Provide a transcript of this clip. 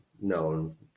known